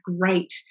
great